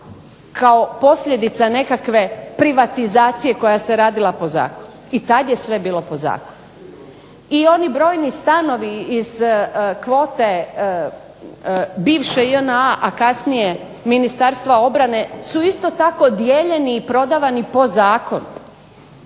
kao posljedica nekakve privatizacije koja se radila po zakonu, i tad je sve bilo po zakonu. I oni brojni stanovi iz kvote bivše JNA, a kasnije Ministarstva obrane su isto tako dijeljeni i prodavani po zakonu.